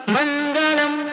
Mandalam